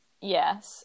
yes